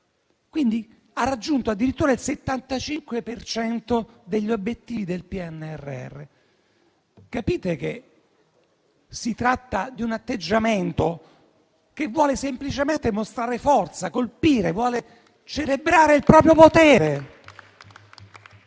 utile. Ha raggiunto, addirittura, il 75 per cento degli obiettivi del PNRR. Capite che si tratta di un atteggiamento che vuole semplicemente mostrare forza, colpire, celebrare il proprio potere.